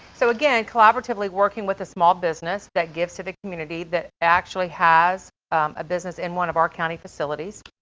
so again, collaboratively working with a small business that gives to the community that actually has a business in one of our county facilities.